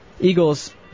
Eagles